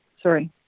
sorry